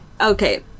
okay